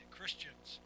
Christians